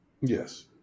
Yes